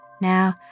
Now